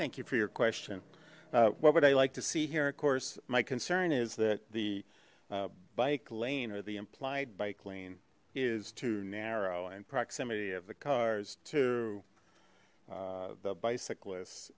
thank you for your question what would i like to see here of course my concern is that the bike lane or the implied bike lane is too narrow and proximity of the cars to the bicyclists